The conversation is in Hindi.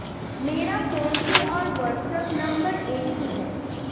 मेरा फोनपे और व्हाट्सएप नंबर एक ही है